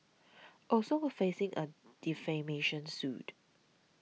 also a facing a defamation suit